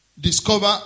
discover